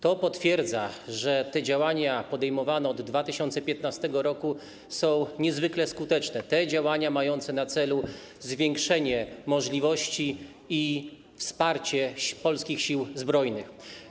To potwierdza, że działania podejmowane od 2015 r. są niezwykle skuteczne, te działania mające na celu zwiększenie możliwości i wsparcie polskich Sił Zbrojnych.